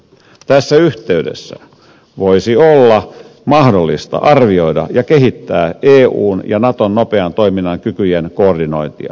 tässä yhteydessä voisi olla mahdollista arvioida ja kehittää eun ja naton nopean toiminnan kykyjen koordinointia